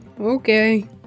okay